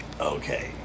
Okay